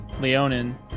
Leonin